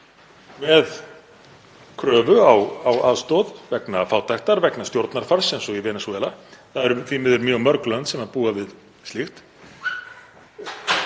með kröfu á aðstoð vegna fátæktar, vegna stjórnarfars, eins og í Venesúela, það eru því miður mjög mörg lönd sem búa við slíkt.